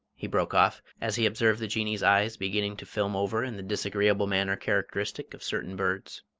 he broke off, as he observed the jinnee's eyes beginning to film over in the disagreeable manner characteristic of certain birds.